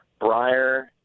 Breyer